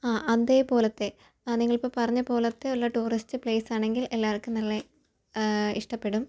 ആ അതേ പോലത്തെ ആ നിങ്ങളിപ്പം പറഞ്ഞ പോലത്തെ ഉള്ള ടൂറിസ്റ്റ് പ്ലേസാണെങ്കിൽ എല്ലാവർക്കും നല്ല ഇഷ്ടപെടും